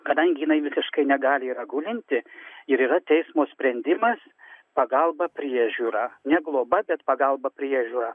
kadangi jinai visiškai negali yra gulinti ir yra teismo sprendimas pagalba priežiūra ne globa bet pagalba priežiūra